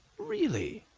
really!